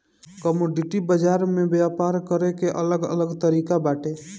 commodity बाजार में व्यापार करे के अलग अलग तरिका बाटे